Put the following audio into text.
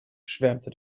schwärmte